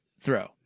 throw